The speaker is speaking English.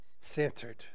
centered